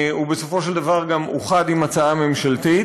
הוא בסופו של דבר גם אוחד עם הצעה ממשלתית,